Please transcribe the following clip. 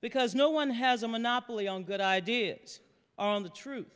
because no one has a monopoly on good ideas on the truth